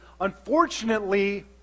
Unfortunately